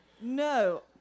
No